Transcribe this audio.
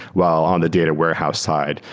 while on the data warehouse side,